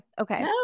Okay